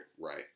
Right